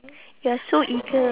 you are so eager